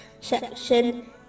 section